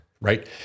right